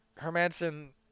Hermanson